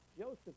Joseph